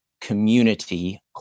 community